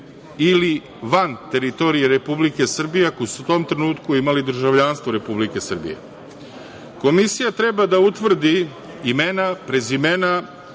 ili van teritorije Republike Srbije, ako su u tom trenutku imali državljanstvo Republike Srbije. Komisija treba da utvrdi imena, prezimena,